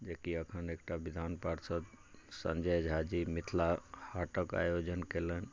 जेकि एखन एकटा विधान पार्षद संजय झा जी मिथिला हाटके आयोजन केलनि